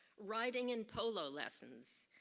riding and polo lessons,